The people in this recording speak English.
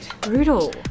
Brutal